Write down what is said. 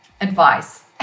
advice